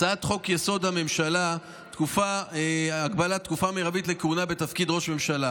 הצעת חוק-יסוד: הממשלה (הגבלת תקופה מרבית לכהונה בתפקיד ראש הממשלה)